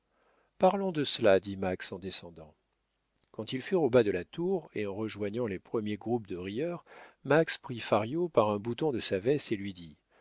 parlons de cela dit max en descendant quand ils furent au bas de la tour et en rejoignant les premiers groupes de rieurs max prit fario par un bouton de sa veste et lui dit